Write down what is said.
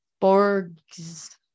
Borg's